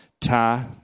Ta